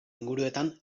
inguruetan